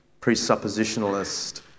presuppositionalist